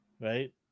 right